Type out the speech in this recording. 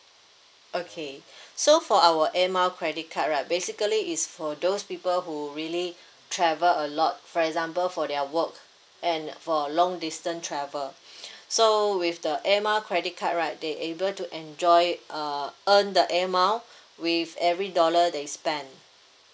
okay so for our air mile credit card right basically is for those people who really travel a lot for example for their work and for long distance travel so with the air mile credit card right they able to enjoy it uh uh earn the air mile with every dollar they spend